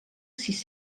sis